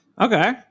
Okay